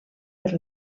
per